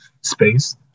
space